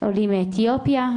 עולים מאתיופיה,